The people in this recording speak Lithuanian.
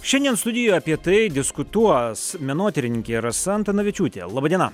šiandien studijoj apie tai diskutuos menotyrininkė rasa antanavičiūtė laba diena